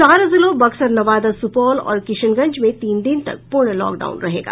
चार जिलों बक्सर नवादा सुपौल और किशनगंज में तीन दिन तक पूर्ण लॅाकडाउन रहेगा